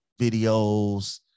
videos